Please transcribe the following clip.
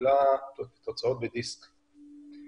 תוצאותיה התקבלו בדיסק.